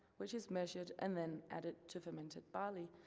which is measured and then added to fermented barley,